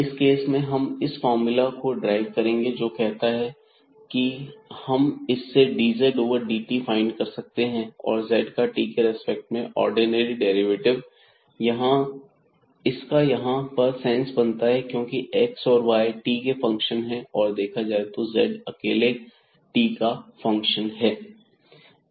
इस केस में हम इस फार्मूला को ड्राइव करेंगे जो कहता है कि हम इससे dz ओवर dt फाइंड कर सकते हैं अतः z का t के रेस्पेक्ट में ऑर्डिनरी डेरिवेटिव इसका यहां पर सेंस बनता है क्योंकि x और y t के फंक्शन है और देखा जाए तो z अकेले t का फंक्शन है